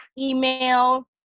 email